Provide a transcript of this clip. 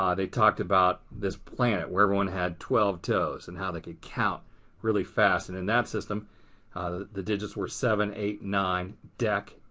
um they talked about this planet where everyone had twelve toes and how they could count really fast and in that system the digits were seven, eight, nine dec,